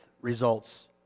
results